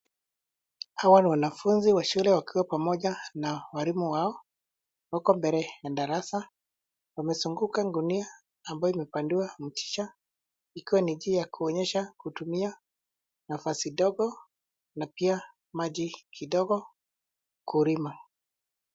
Hawa ni wanafunzi wa shule wakiwa pamoja na walimu wao, wako mbele ya darasa, na wazunguka gunia ambayo imepandiwa mchicha, ikiwa ni njia ya kuonyesha kutumia nafasi ndogo, na pia maji kidogo, kulima.